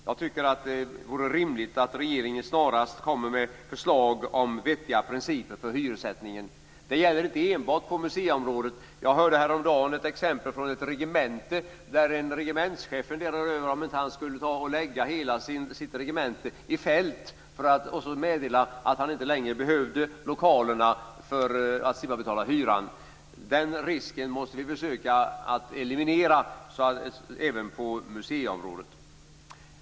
Jag tycker att det vore rimligt att regeringen snarast kommer med ett förslag om vettiga principer för hyressättningen. Det gäller inte enbart på museiområdet. Jag hörde häromdagen ett exempel från ett regemente där en regementschef funderade över om han inte skulle ta och förlägga hela sitt regemente i fält och meddela att han inte längre behövde lokalerna för att slippa att betala hyran. Den risken måste vi försöka att eliminera även på museiområdet.